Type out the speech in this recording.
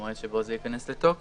המועד שבו זה ייכנס לתוקף,